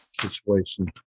situation